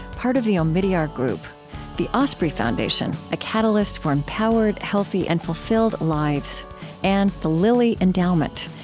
part of the omidyar group the osprey foundation a catalyst for empowered, healthy, and fulfilled lives and the lilly endowment,